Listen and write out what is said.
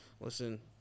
Listen